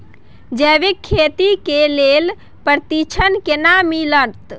जैविक खेती के लेल प्रशिक्षण केना मिलत?